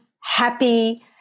happy